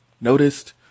noticed